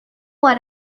what